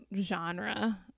genre